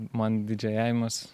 man didžėjavimas